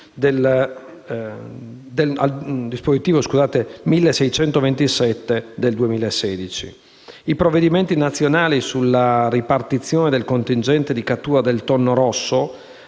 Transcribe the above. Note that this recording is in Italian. del regolamento n. 1627 del 2016. I provvedimenti nazionali sulla ripartizione del contingente di cattura del tonno rosso,